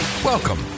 Welcome